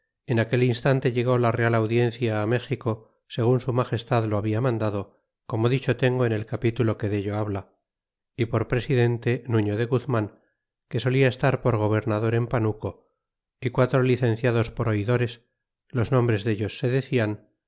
en aquel instante llegó la real audiencia á méxico segun su magestad lo habla mandado como dicho tengo en el capitulo que dello habla y por presidente nuño de guzman que solia estar por gobernador en panuco y quatro licenciados por oidores los nombres dellos se decian